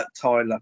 Tyler